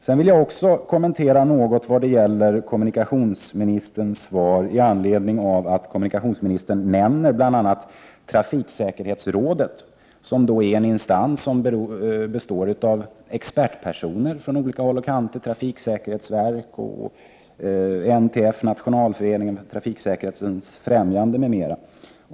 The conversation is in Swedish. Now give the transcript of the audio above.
Sedan vill jag bara kommentera kommunikationsministerns svar med anledning av att kommunikationsministern nämner bl.a. trafiksäkerhetsrådet, som är en instans som består av experter från olika håll och kanter, 57 trafiksäkerhetsverket, Nationalföreningen för trafiksäkerhetens främjande m.fl.